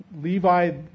Levi